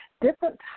different